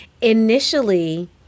initially